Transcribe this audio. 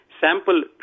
sample